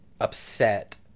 upset